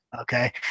okay